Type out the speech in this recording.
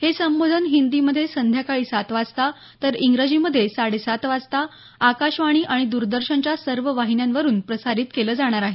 हे संबोधन हिंदीमधे संध्याकाळी सात वाजता तर इंग्रजीमधे साडे सात वाजता आकाशवाणी आणि दरदर्शनच्या सर्व वाहिन्यांवरुन प्रसारित केलं जाणार आहे